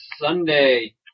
Sunday